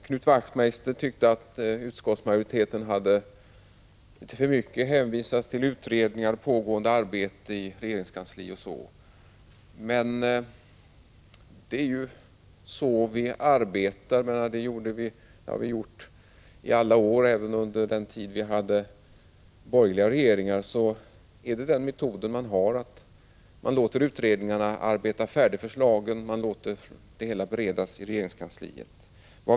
Knut Wachtmeister tyckte att utskottsmajoriteten litet för mycket har hänvisat till utredningar, pågående arbete i regeringskansliet, osv. Men det är ju så vi arbetar. Så har det varit i alla år, även under den tid då vi hade borgerliga regeringar. Det är den metod vi har: Man låter utredningarna färdigställa förslagen, och man låter ärendet beredas i regeringskansliet.